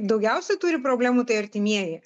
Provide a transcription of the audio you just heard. daugiausia turi problemų tai artimieji